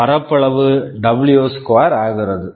பரப்பளவு W square W2ஆகிறது